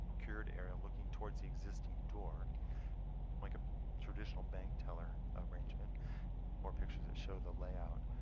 cured area, looking towards the existing door like a traditional bank teller arrangement or pictures that show the layout.